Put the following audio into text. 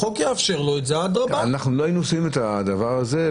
אתם מדברים כל הזמן רק על האופן.